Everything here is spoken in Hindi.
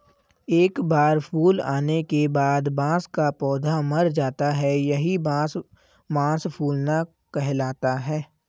एक बार फूल आने के बाद बांस का पौधा मर जाता है यही बांस मांस फूलना कहलाता है